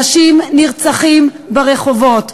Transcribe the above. אנשים נרצחים ברחובות.